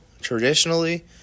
traditionally